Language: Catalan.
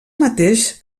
mateix